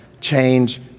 Change